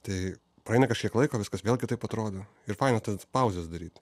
tai praeina kažkiek laiko viskas vėl kitaip atrodo ir faina tas pauzes daryt